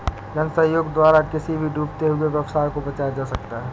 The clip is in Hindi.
जन सहयोग द्वारा किसी भी डूबते हुए व्यवसाय को बचाया जा सकता है